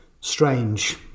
strange